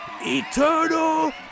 Eternal